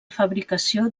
fabricació